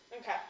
Okay